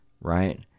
right